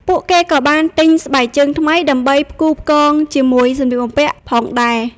ពួកគេក៏បានទិញស្បែកជើងថ្មីដើម្បីផ្គូរផ្គងជាមួយសម្លៀកបំពាក់ផងដែរ។